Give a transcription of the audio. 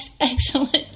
excellent